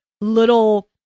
little